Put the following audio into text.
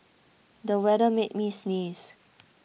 the weather made me sneeze